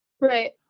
Right